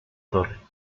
torre